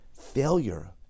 Failure